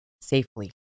safely